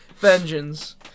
vengeance